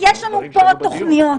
יש לנו פה תוכניות